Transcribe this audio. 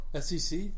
SEC